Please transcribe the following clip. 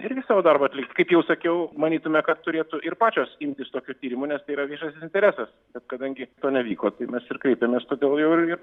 irgi savo darbą atlikt kaip jau sakiau manytume kad turėtų ir pačios imtis tokių tyrimų nes tai yra viešasis interesas bet kadangi to nevyko tai mes ir kreipėmės todėl jau ir